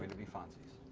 be fonzies.